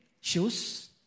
shoes